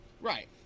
Right